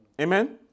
Amen